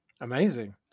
Amazing